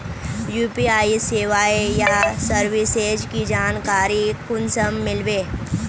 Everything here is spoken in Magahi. यु.पी.आई सेवाएँ या सर्विसेज की जानकारी कुंसम मिलबे?